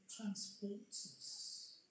Transports